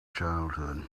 childhood